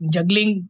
Juggling